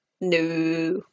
No